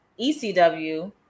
ECW